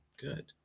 Good